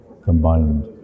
combined